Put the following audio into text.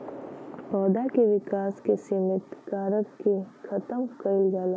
पौधा के विकास के सिमित कारक के खतम कईल जाला